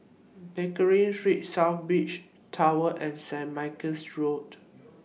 Pickering Street South Beach Tower and Saint Michael's Road